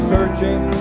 Searching